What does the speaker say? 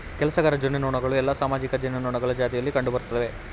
ಕೆಲಸಗಾರ ಜೇನುನೊಣಗಳು ಎಲ್ಲಾ ಸಾಮಾಜಿಕ ಜೇನುನೊಣಗಳ ಜಾತಿಗಳಲ್ಲಿ ಕಂಡುಬರ್ತ್ತವೆ